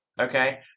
okay